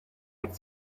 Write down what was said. hat